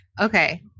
Okay